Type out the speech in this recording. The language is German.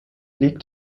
liegt